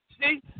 See